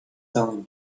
selling